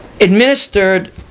administered